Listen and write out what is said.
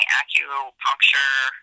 acupuncture